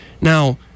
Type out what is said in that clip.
Now